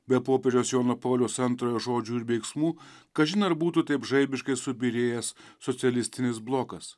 be popiežiaus jono pauliaus antrojo žodžių ir veiksmų kažin ar būtų taip žaibiškai subyrėjęs socialistinis blokas